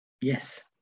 yes